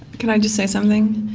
can i just say something?